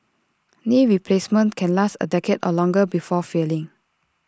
knee replacements can last A decade or longer before failing